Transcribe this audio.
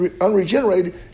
unregenerated